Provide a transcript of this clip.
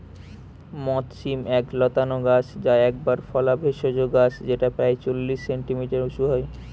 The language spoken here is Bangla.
মথ শিম এক লতানা গাছ যা একবার ফলা ভেষজ গাছ যেটা প্রায় চল্লিশ সেন্টিমিটার উঁচু হয়